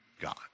God